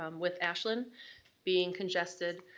um with ashland being congested,